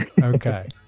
Okay